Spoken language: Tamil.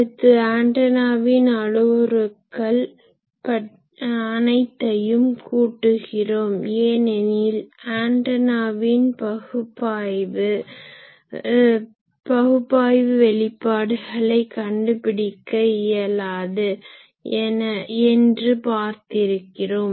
அடுத்து ஆன்டனாவின் அளவுருக்கள் அனைத்தையும் கூட்டுகிறோம் ஏனெனில் ஆன்டனாவின் பகுப்பாய்வு வெளிப்பாடுகளை கண்டு பிடிக்க இயலாது என்று பார்த்திருக்கிறோம்